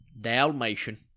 Dalmatian